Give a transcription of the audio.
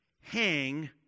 hang